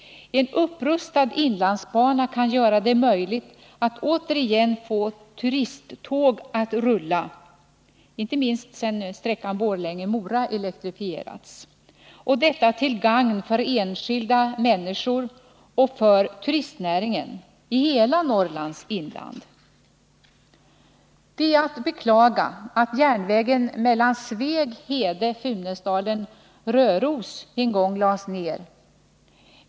En upprustad inlandsbana kan göra det möjligt att återigen få turisttåg att rulla — inte minst sedan sträckan Borlänge-Mora elektrifierats — till gagn för enskilda människor och för turistnäringen i hela Norrlands inland. Det är att beklaga att järnvägen Sveg-Hede-Funäsdalen-Röros en gång lades ner.